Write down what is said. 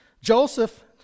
Joseph